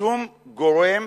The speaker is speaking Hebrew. שום גורם